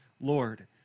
Lord